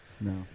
No